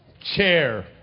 chair